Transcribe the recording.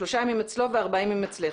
שלושה ימים אצלו וארבעה ימים אצלך,